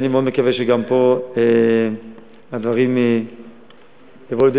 אני מאוד מקווה שגם פה הדברים יבואו לידי